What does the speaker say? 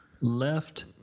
left